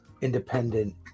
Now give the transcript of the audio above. independent